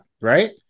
right